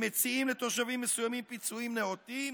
הם מציעים לתושבים מסוימים פיצויים נאותים,